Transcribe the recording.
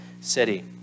city